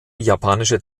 japanische